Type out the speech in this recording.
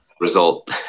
Result